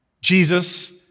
Jesus